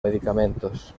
medicamentos